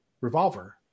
revolver